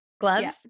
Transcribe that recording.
gloves